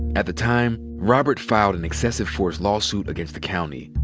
at the time, robert filed an excessive force lawsuit against the county.